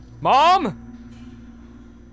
Mom